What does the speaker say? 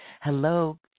Hello